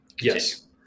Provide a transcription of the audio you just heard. Yes